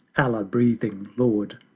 allah-breathing lord,